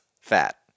Fat